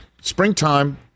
Springtime